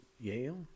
Yale